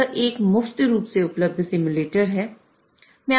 यह एक मुफ्त रूप से उपलब्ध सिम्युलेटर है